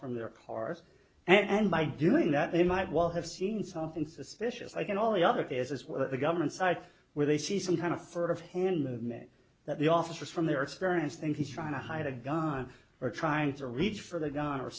from their cars and by doing that they might well have seen something suspicious i can all the other it is what the government site where they see some kind of for of hand movement that the officers from their experience and he's trying to hide a guy are trying to reach for the g